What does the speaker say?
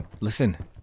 Listen